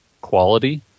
quality